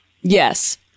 Yes